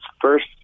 first